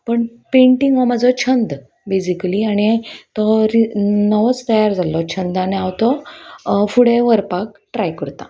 पण पेंटींग हो म्हाजो छंद बेजिकली आनी तो नवोच तयार जाल्लो छंद आनी हांव तो फुडें व्हरपाक ट्राय करतां